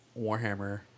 Warhammer